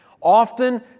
Often